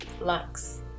Lux